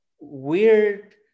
weird